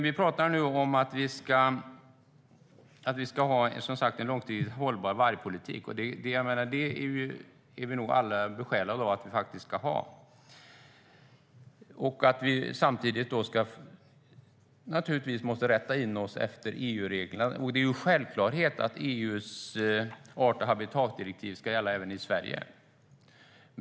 Vi talar nu om att vi ska ha en långsiktigt hållbar vargpolitik. Det är vi nog alla besjälade av att vi faktiskt ska ha. Samtidigt måste vi naturligtvis rätta in oss efter EU-reglerna. Det är en självklarhet att EU:s art och habitatdirektiv ska gälla även i Sverige.